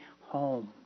home